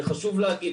וחשוב להגיד,